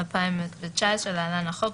התשע"ט-2019 (להלן החוק),